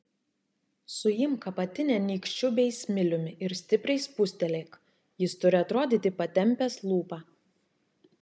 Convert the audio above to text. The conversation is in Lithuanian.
suimk apatinę nykščiu bei smiliumi ir stipriai spustelėk jis turi atrodyti patempęs lūpą